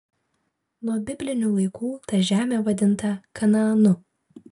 nuo biblinių laikų ta žemė vadinta kanaanu